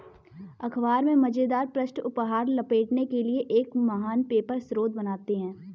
अख़बार में मज़ेदार पृष्ठ उपहार लपेटने के लिए एक महान पेपर स्रोत बनाते हैं